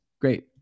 Great